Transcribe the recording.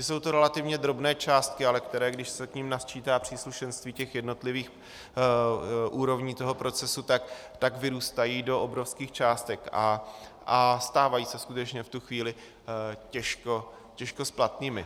Jsou to relativně drobné částky, ale které když se k nim nasčítá příslušenství těch jednotlivých úrovní procesu, tak vyrůstají do obrovských částek a stávají se skutečně v tuto chvíli těžko splatnými.